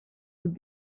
would